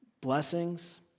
blessings